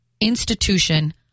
institution